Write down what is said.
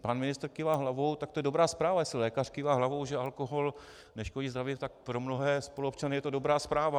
Pan ministr kývá hlavou, tak to je dobrá zpráva, jestli lékař kývá hlavou, že alkohol neškodí zdraví, tak pro mnohé spoluobčany je to dobrá zpráva.